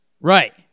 Right